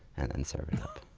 and then serve it